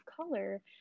color